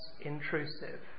intrusive